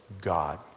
God